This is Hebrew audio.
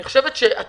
אני מצטערת שאנחנו